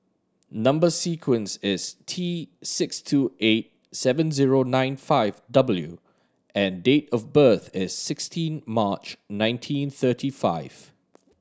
number sequence is T six two eight seven zero nine five W and date of birth is sixteen March nineteen thirty five